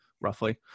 roughly